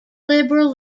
liberal